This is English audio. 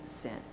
sent